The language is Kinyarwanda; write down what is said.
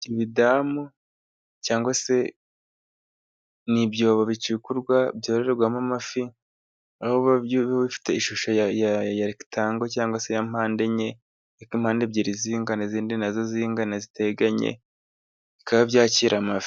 Ibidamu cyangwa se ni ibyobo bicukurwa byororwamo amafi aho biba bifite ishusho ya rekitango cyangwa se ya mpandenye, impande ebyiri zingana, n'izindi na zo zingana, ziteganye bikaba byakira amafi.